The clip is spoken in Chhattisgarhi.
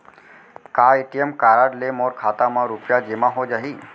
का ए.टी.एम कारड ले मोर खाता म रुपिया जेमा हो जाही?